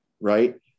right